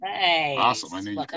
awesome